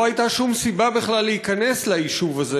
לא הייתה שום סיבה בכלל להיכנס ליישוב הזה,